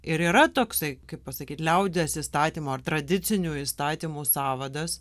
ir yra toksai kaip pasakyt liaudies įstatymo ir tradicinių įstatymų sąvadas